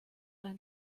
ein